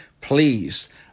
Please